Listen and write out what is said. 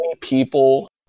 people